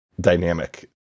dynamic